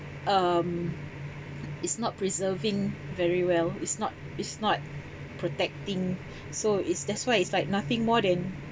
um it's not preserving very well it's not it's not protecting so it's that's why it's like nothing more than